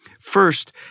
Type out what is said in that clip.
First